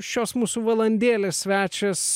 šios mūsų valandėlės svečias